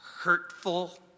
hurtful